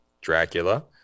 Dracula